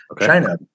China